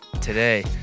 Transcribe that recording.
today